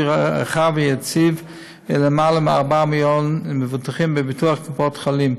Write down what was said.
רחב ויציב ליותר מ-4 מיליון מבוטחים בביטוחי קופות החולים.